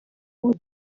ubu